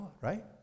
right